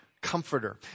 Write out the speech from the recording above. comforter